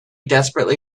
desperately